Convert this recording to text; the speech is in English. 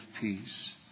peace